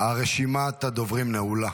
רשימת הדוברים נעולה.